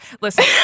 Listen